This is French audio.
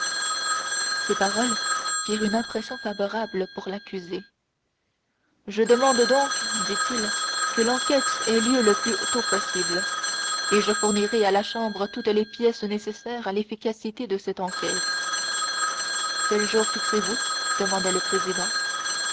ces paroles firent une impression favorable pour l'accusé je demande donc dit-il que l'enquête ait lieu le plus tôt possible et je fournirai à la chambre toutes les pièces nécessaires à l'efficacité de cette enquête quel jour fixez vous demanda le président